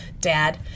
dad